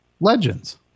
Legends